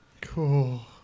Cool